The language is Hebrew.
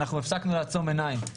הפסקנו לעצום עיניים.